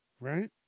Right